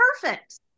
perfect